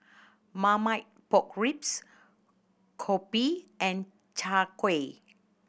Marmite Pork Ribs kopi and Chai Kuih